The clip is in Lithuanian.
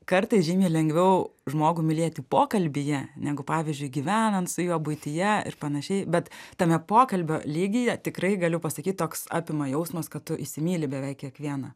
kartais žymiai lengviau žmogų mylėti pokalbyje negu pavyzdžiui gyvenant su juo buityje ir panašiai bet tame pokalbio lygyje tikrai galiu pasakyt koks apima jausmas kad tu įsimyli beveik kiekvieną